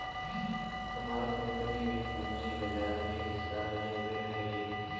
हमर कंपनी भी पूंजी बाजार में हिस्सा लेवअ हई